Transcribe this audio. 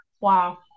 Wow